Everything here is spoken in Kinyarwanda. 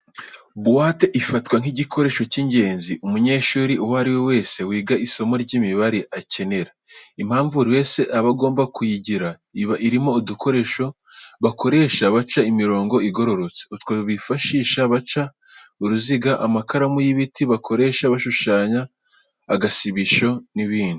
Buwate ifatwa nk'igikoresho cy'ingenzi umunyeshuri uwo ari we wese wiga isomo ry'imibare akenera. Impamvu buri wese aba agomba kuyigira, iba irimo udukoresho bakoresha baca imirongo igororotse, utwo bifashisha baca uruziga, amakaramu y'ibiti bakoresha bashushanya, agasibisho n'ibindi.